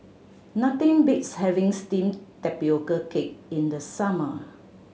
nothing beats having steamed tapioca cake in the summer